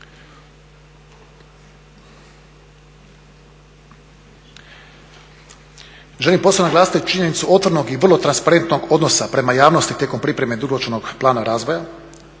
Želim posebno naglasiti činjenicu otvorenog i vrlo transparentnog odnosa prema javnosti tijekom pripreme dugoročnog plana razvoja.